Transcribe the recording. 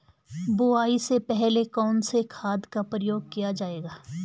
बुआई से पहले कौन से खाद का प्रयोग किया जायेगा?